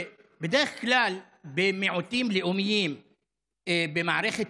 בדרך כלל למיעוטים לאומיים עושים במערכת